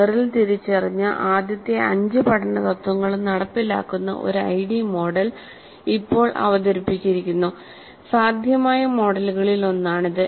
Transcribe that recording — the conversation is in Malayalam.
മെറിൽ തിരിച്ചറിഞ്ഞ ആദ്യത്തെ അഞ്ച് പഠന തത്വങ്ങളും നടപ്പിലാക്കുന്ന ഒരു ഐഡി മോഡൽ ഇപ്പോൾ അവതരിപ്പിച്ചിരിക്കുന്നു സാധ്യമായ മോഡലുകളിൽ ഒന്നാണിത്